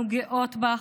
אנחנו גאות בך,